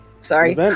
sorry